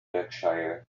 berkshire